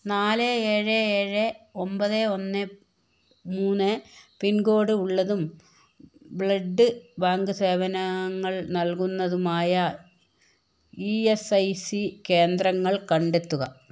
നാല് ഏഴ് ഏഴ് ഒമ്പത് ഒന്ന് മൂന്ന് പിൻ കോഡ് ഉള്ളതും ബ്ലഡ് ബാങ്ക് സേവനങ്ങൾ നൽകുന്നതുമായ ഇ എസ് ഐ സി കേന്ദ്രങ്ങൾ കണ്ടെത്തുക